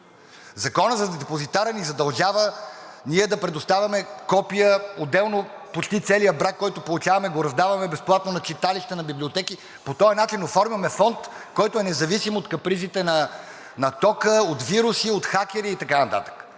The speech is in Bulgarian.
Законът за депозитара ни задължава ние да предоставяме копия, отделно почти целият брак, който получаваме, го раздаваме безплатно на читалища, на библиотеки, по този начин оформяме фонд, който е независим от капризите на тока, от вируси, от хакери и така